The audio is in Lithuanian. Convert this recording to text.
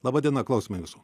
laba diena klausome jūsų